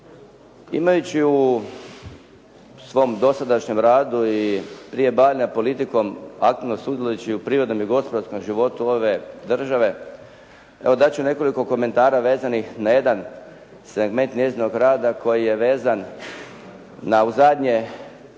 Imajući u svom dosadašnjem radu i prije bavljenja politikom aktivno sudjelujući u privrednom i gospodarskom životu ove države, evo dati ću nekoliko komentara vezanih na jedan segment njezinog rada koji je vezan u zadnje